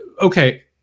okay